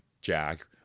Jack